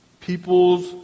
peoples